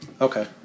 Okay